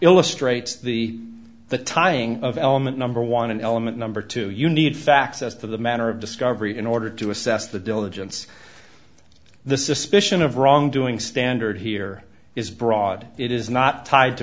illustrates the the tying of element number one an element number two you need facts as to the manner of discovery in order to assess the diligence the suspicion of wrongdoing standard here is broad it is not tied to